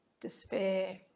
despair